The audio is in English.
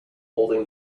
holding